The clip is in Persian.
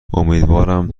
امیدوارم